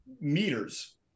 meters